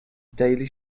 daily